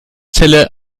zelle